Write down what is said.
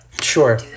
Sure